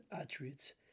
attributes